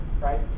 right